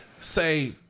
say